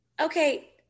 Okay